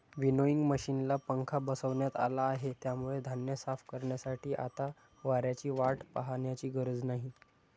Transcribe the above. winnowing मशिनला पंखा बसवण्यात आला आहे, त्यामुळे धान्य साफ करण्यासाठी आता वाऱ्याची वाट पाहण्याची गरज नाही